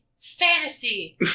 Fantasy